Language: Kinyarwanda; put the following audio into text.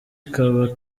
ikaba